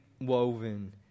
woven